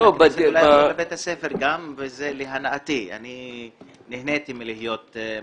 אני נהנייתי מלהיות מורה.